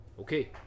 Okay